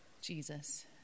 Jesus